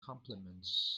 compliments